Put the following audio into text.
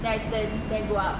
then I turn then I go up